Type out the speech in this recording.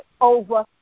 over